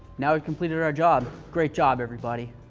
now we've completed our job. great job, everybody.